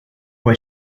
fue